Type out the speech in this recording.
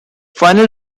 final